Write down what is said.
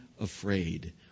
afraid